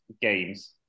games